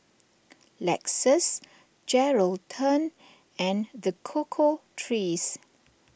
Lexus Geraldton and the Cocoa Trees